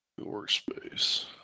Workspace